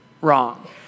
Wrong